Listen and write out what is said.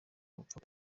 gupfa